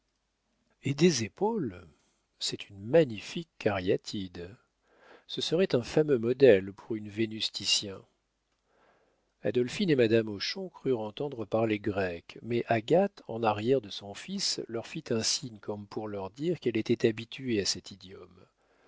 et des épaules c'est une magnifique cariatide ce serait un fameux modèle pour une vénus titien adolphine et madame hochon crurent entendre parler grec mais agathe en arrière de son fils leur fit un signe comme pour leur dire qu'elle était habituée à cet idiome